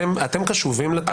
אתם קשובים?